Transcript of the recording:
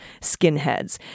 skinheads